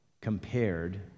compared